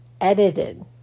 edited